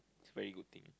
it's very good thing